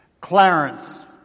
Clarence